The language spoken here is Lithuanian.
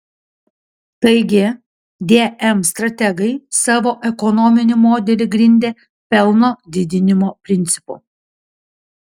taigi dm strategai savo ekonominį modelį grindė pelno didinimo principu